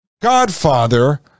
godfather